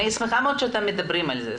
אני שמחה מאוד שאתם מדברים על זה,